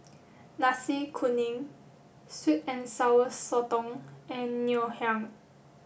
Nasi Kuning Sweet and Sour Sotong and Ngoh Hiang